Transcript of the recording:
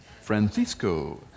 Francisco